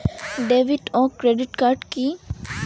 David ও credit card কি?